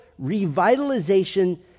revitalization